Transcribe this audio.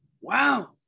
Wow